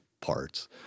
parts